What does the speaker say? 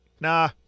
Nah